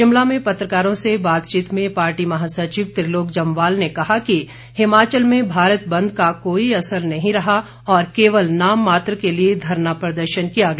शिमला में पत्रकारों से बातचीत में पार्टी महासचिव त्रिलोक जम्वाल ने कहा कि हिमाचल में भारत बंद का कोई असर नहीं रहा और केवल नाम मात्र के लिए धरना प्रदर्शन किया गया